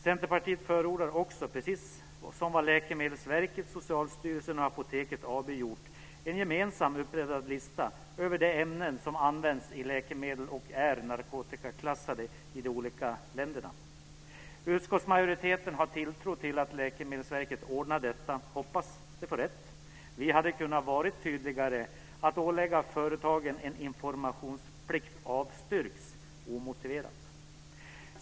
Centerpartiet förordar också, precis som Läkemedelsverket, Socialstyrelsen och Apoteket AB, en gemensamt upprättad lista över de ämnen som används i läkemedel och som är narkotikaklassade i de olika länderna. Utskottsmajoriteten har tilltro till att Läkemedelsverket ordnar detta. Jag hoppas att man får rätt. Man hade kunnat vara tydligare. Att ålägga företagen en informationsplikt avstyrks omotiverat.